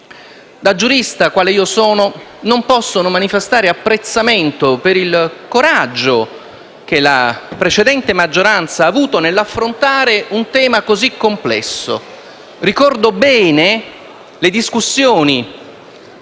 Da giurista quale sono non posso non manifestare apprezzamento per il coraggio che la precedente maggioranza ha avuto nell'affrontare un tema così complesso. Ricordo bene le discussioni